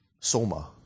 soma